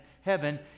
heaven